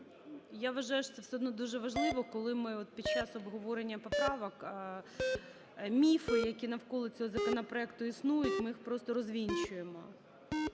я вважаю, що це все одно дуже важливо, коли ми під час обговорення поправок міфи, які навколо цього законопроекту існують, ми їх просто розвінчуємо,